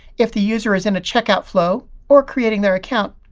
if the user is in a checkout flow or creating their account,